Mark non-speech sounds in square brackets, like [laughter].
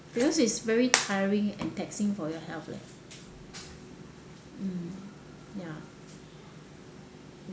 because is very [noise] tiring and taxing for your health leh mm ya